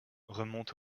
remonte